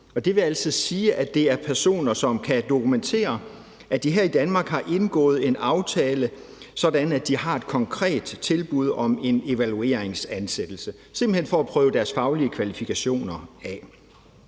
Det vil altså sige, at det er personer, som kan dokumentere, at de her i Danmark har indgået en aftale, sådan at de har et konkret tilbud om en evalueringsansættelse, simpelt hen for at prøve deres faglige kvalifikationer af.